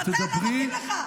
מתן, לא מתאים לך.